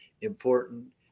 important